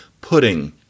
Pudding